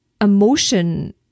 emotion